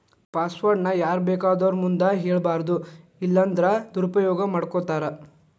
password ನ ಯಾರ್ಬೇಕಾದೊರ್ ಮುಂದ ಹೆಳ್ಬಾರದು ಇಲ್ಲನ್ದ್ರ ದುರುಪಯೊಗ ಮಾಡ್ಕೊತಾರ